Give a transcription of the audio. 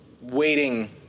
waiting